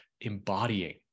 embodying